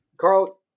Carl